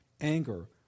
anger